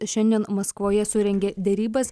šiandien maskvoje surengė derybas